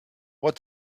what